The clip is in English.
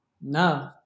No